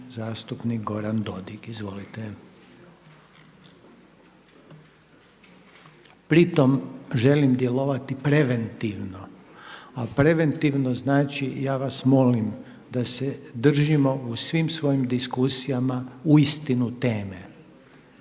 zastupnik Goran Dodig. Izvolite. Pri tom želim djelovati preventivno, a preventivno znači ja vas molim da se držimo u svim svojim diskusijama uistinu teme.